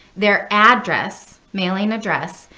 their address, mailing address,